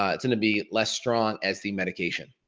ah it's gonna be less strong as the medication.